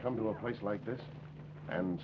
come to a place like this and